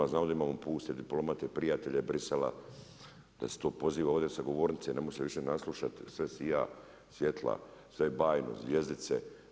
Znamo da imamo puste diplomate, prijatelje Bruxellesa da se to poziva ovdje sa govornice, ne možeš se više naslušat sve sija, svjetla, sve bajno, zvjezdice.